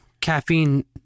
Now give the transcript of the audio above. caffeine